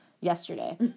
yesterday